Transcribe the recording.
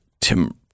Tim